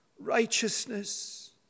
righteousness